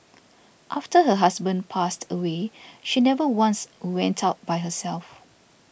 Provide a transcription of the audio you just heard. after her husband passed away she never once went out by herself